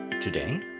Today